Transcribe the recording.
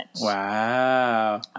Wow